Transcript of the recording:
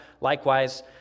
likewise